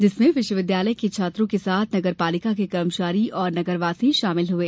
जिसमें विश्वविद्यालय के छात्रों के साथ नगरपालिका के कर्मचारी और नगरवासी शामिल हए